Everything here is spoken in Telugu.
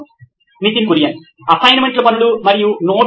నితిన్ కురియన్ COO నోయిన్ ఎలక్ట్రానిక్స్ అసైన్మెంట్ పనులు మరియు నోట్స్